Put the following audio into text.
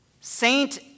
Saint